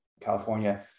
California